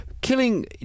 Killing